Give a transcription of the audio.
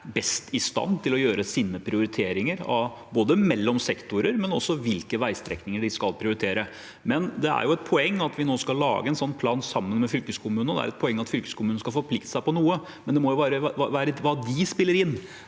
best i stand til å gjøre sine prioriteringer, både mellom sektorer og når det gjelder hvilke veistrekninger de skal prioritere. Det er et poeng at vi skal lage en slik plan sammen med fylkeskommunene, og det er et poeng at fylkeskommunene skal forplikte seg til noe, men det må være hva de spiller inn,